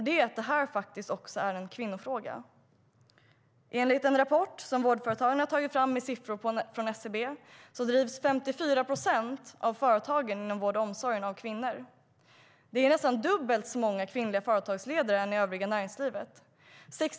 Det är att detta faktiskt också är en kvinnofråga. Enligt en rapport som Vårdföretagarna har tagit fram med siffror från SCB drivs 54 procent av företagen inom vård och omsorg av kvinnor. Det är nästan dubbelt så många kvinnliga företagsledare jämfört med övriga näringslivet.